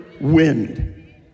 wind